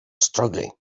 struggle